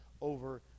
over